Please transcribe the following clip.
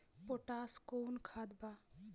Potash कोउन खाद बा?